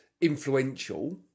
influential